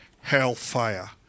hellfire